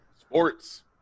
Sports